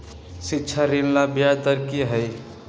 शिक्षा ऋण ला ब्याज दर कि हई?